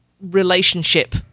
relationship